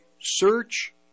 search